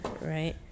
Right